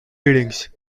readings